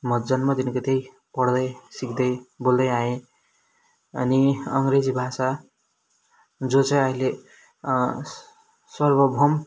म जन्मदेखिन्को त्यही पढदै सिक्दै बोल्दै आएँ अनि अङ्ग्रेजी भाषा जो चाहिँ अहिले सर्वभौम